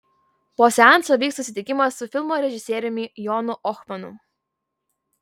po seanso vyks susitikimas su filmo režisieriumi jonu ohmanu